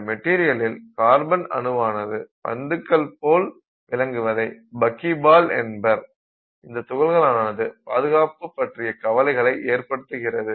இந்த மெட்டீரியலில் கார்பன் அணுவானது பந்துகள் போல் விளங்குவதை பக்கிபால் என்பர் இந்தத் துகள்களானது பாதுகாப்பு பற்றிய கவலைகளை ஏற்படுத்துகிறது